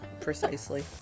Precisely